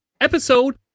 episode